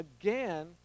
again